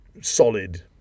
solid